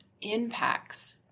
impacts